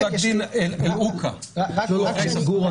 אני רק אשלים.